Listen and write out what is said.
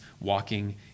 walking